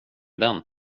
den